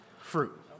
fruit